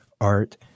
Art